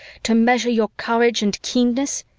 to measure your courage and keenness?